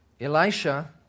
Elisha